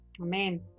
Amen